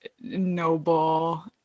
noble